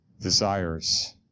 desires